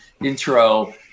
intro